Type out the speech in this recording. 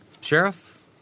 Sheriff